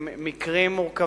עם מקרים מורכבים,